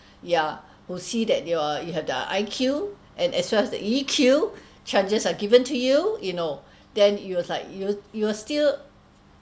boss yeah who see that you're you have the I_Q and as well as the E_Q chances are given to you you know then it was like you will you will still